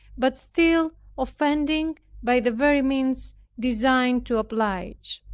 but still offending by the very means designed to oblige.